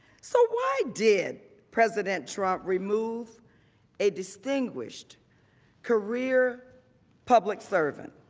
so why did president trump remove a distinguished career public servant?